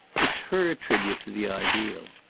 it's her tribute to the ideal.